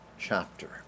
Chapter